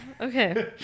okay